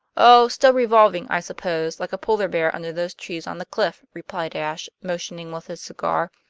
oh, still revolving, i suppose, like a polar bear under those trees on the cliff, replied ashe, motioning with his cigar,